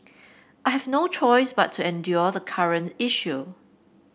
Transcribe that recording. I have no choice but to endure the current issue